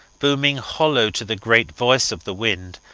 booming hollow to the great voice of the wind,